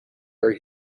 are